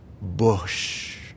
Bush